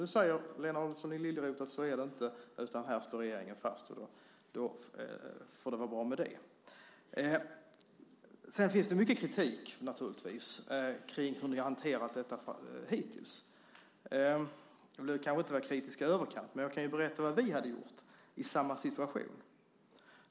Nu säger Lena Adelsohn Liljeroth att det inte är så utan att här står regeringen fast. Det får vara bra med det. Det finns naturligtvis mycket kritik om hur ni har hanterat detta hittills. Jag behöver inte vara kritisk i överkant, men jag kan berätta vad vi hade gjort i samma situation.